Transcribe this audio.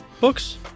books